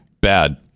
Bad